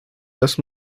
los